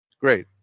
Great